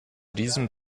diesem